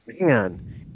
man